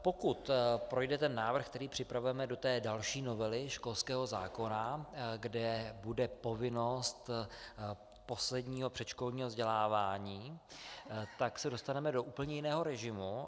Pokud projde návrh, který připravujeme do další novely školského zákona, kde bude povinnost posledního předškolního vzdělávání, tak se dostaneme do úplně jiného režimu.